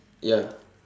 ya